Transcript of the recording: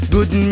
Good